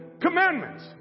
commandments